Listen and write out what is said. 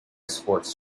sports